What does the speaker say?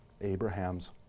Abraham's